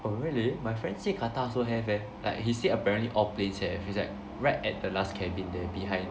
oh really my friend say Qatar also have leh like he said apparently all place have it's like right at the last cabin there behind